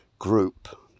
Group